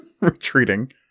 retreating